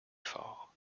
forts